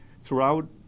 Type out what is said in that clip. throughout